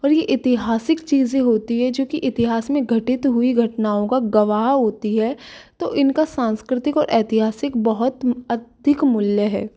और यह ऐतिहासिक चीज़ें होती हैं जो कि इतिहास में घटित हुई घटनाओं का गवाह होती है तो इनका सांस्कृतिक और ऐतिहासिक बहुत अधिक मूल्य है